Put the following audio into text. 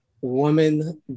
woman